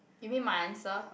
give me my answer